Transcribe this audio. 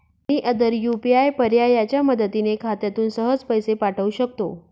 any other UPI पर्यायाच्या मदतीने खात्यातून सहज पैसे पाठवू शकतो